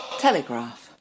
Telegraph